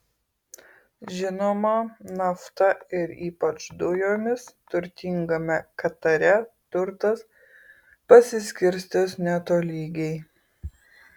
žinoma nafta ir ypač dujomis turtingame katare turtas pasiskirstęs netolygiai